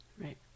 Right